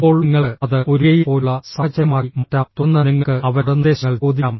ഇപ്പോൾ നിങ്ങൾക്ക് അത് ഒരു ഗെയിം പോലുള്ള സാഹചര്യമാക്കി മാറ്റാം തുടർന്ന് നിങ്ങൾക്ക് അവരോട് നിർദ്ദേശങ്ങൾ ചോദിക്കാം